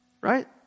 Right